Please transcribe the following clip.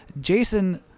Jason